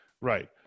right